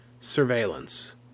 surveillance